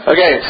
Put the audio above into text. Okay